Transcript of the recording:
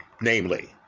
namely